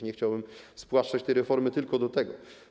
Nie chciałbym spłaszczać tej reformy tylko do tego.